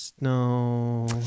no